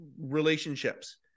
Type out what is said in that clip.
relationships